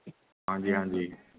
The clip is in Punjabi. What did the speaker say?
ਹਾਂਜੀ ਹਾਂਜੀ